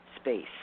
space